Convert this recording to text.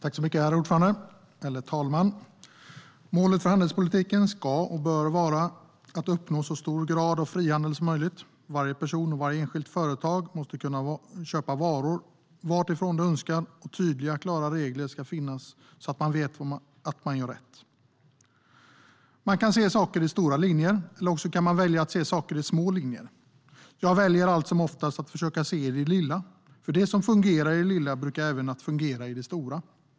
Herr talman! Målet för handelspolitiken ska och bör vara att uppnå så hög grad av frihandel som möjligt. Varje person och varje enskilt företag måste kunna köpa varor varifrån de önskar. Tydliga och klara regler ska finnas, så att man vet att man gör rätt. Man kan välja att se saker i stora linjer eller i små linjer. Jag väljer allt som oftast att försöka se saker i det lilla, för det som fungerar i det lilla brukar även fungera i det stora.